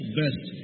best